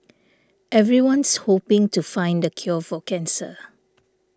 everyone's hoping to find the cure for cancer